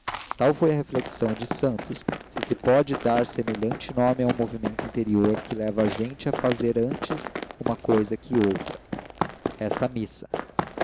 tal foi a reflexão de santos se se pode dar semelhante nome a um movimento interior que leva a gente a fazer antes uma cousa que outra resta a missa